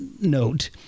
note